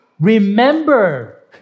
Remember